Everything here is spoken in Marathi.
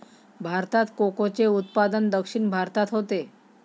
भारतात कोकोचे उत्पादन दक्षिण भारतात होते